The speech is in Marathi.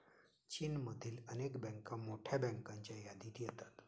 चीनमधील अनेक बँका मोठ्या बँकांच्या यादीत येतात